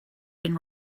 been